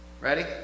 Ready